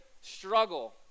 struggle